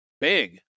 big